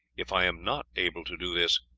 if i am not able to do this,